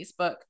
Facebook